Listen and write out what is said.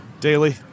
daily